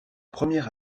première